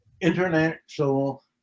international